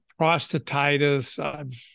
prostatitis